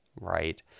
right